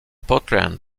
portland